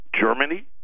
Germany